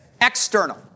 External